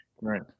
Right